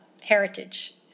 heritage